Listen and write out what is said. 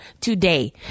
today